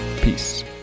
peace